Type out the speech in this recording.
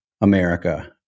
America